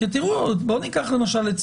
למשל,